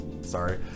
Sorry